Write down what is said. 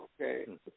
Okay